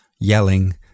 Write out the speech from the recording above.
yelling